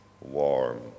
warm